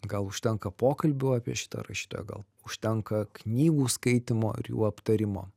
gal užtenka pokalbių apie šitą rašytoją gal užtenka knygų skaitymo ir jų aptarimo